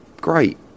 great